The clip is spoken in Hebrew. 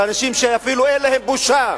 לאנשים שאפילו אין להם בושה.